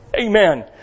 Amen